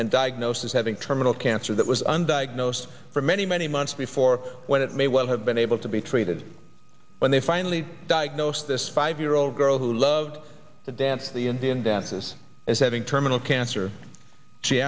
and diagnosed as having terminal cancer that was undiagnosed for many many months before when it may well have been able to be treated when they finally diagnosed this five year old girl who loved to dance the indian dances as having terminal cancer she